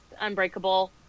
Unbreakable